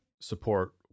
support